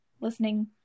listening